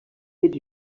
did